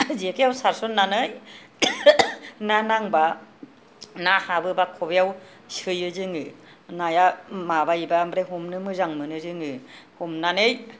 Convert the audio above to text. जेखाइआव सारसनानै ना नांबा ना हाबोबा खबाइआव सोयो जोङो नाया माबायोबा ओमफ्राय हमनो मोजां मोनो जोङो हमनानै